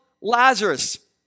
Lazarus